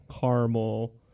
caramel